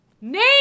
Name